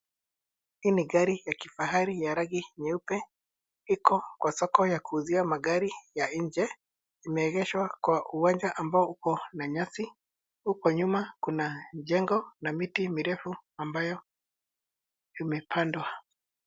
Hii ni gari ya kifahari ya rangi nyeupe iko kwa soko ya kuuzia magari ya nje, imeegeshwa kwa uwanja ambao uko na nyasi, kwa nyuma kuna jengo na miti mirefu ambayo imepandwa.